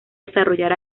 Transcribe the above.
desarrollar